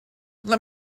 let